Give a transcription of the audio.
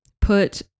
put